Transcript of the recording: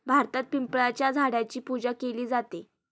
भारतात पिंपळाच्या झाडाची पूजा केली जाते